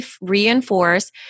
reinforce